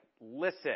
listen